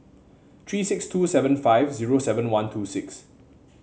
three six two seven five zero seven one two six